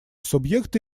субъекты